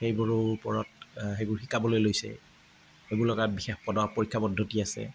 সেইবোৰো ওপৰত সেইবোৰো শিকাবলৈ লৈছে বিশেষ পৰীক্ষা পদ্ধতি আছে